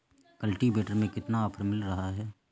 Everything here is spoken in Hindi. कल्टीवेटर में कितना ऑफर मिल रहा है?